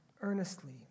earnestly